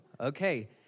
Okay